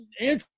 Andrew